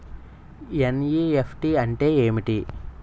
NEFT అంటే ఏమిటి?